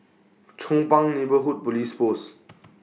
Chong Pang Neighbourhood Police Post